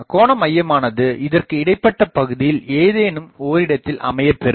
கோணமையமானது இதற்கு இடைப்பட்ட பகுதியில் ஏதேனும் ஓரிடத்தில் அமையப்பெறும்